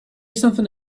something